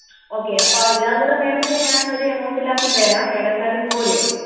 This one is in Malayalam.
ഓക്കെ അപ്പം എല്ലാം കൂടെ മേഡത്തിന് ഞാനൊരു എമൗണ്ടിലാക്കി തരാം മേഡം എന്തായാലും പോര്